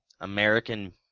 american